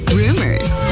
rumors